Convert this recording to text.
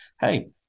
Hey